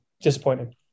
disappointing